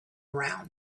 around